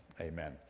amen